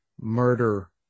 murder